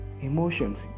emotions